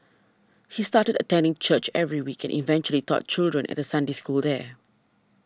he started attending church every week and eventually taught children at The Sunday school there